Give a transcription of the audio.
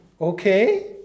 okay